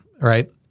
right